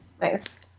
nice